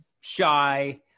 shy